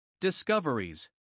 discoveries